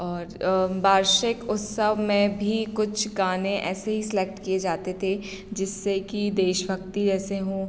और वार्षिक उत्सव में भी कुछ गाने ऐसे ही सेलेक्ट किए जाते थे जिससे कि देशभक्ति ऐसे हो